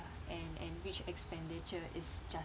and and which expenditure is just~